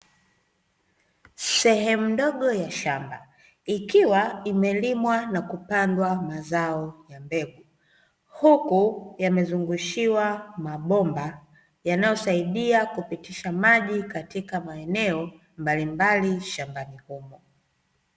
Sehemu ndogo ya shamba ikiwa imelimwa na kupandwa mazao ya mbegu, huku yamezungushiwa mabomba yanayosaidia kupitisha maji katika maeneo mbalimbali shambani humo.